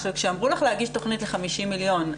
כשאמרו לך להגיש תכנית ל-50 מיליון,